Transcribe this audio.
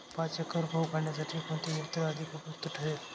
पाच एकर गहू काढणीसाठी कोणते यंत्र अधिक उपयुक्त ठरेल?